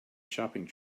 shopping